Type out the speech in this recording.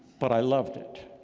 but i loved it.